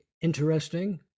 interesting